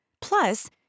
Plus